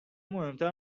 مهمتر